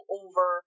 over